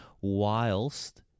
whilst